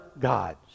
gods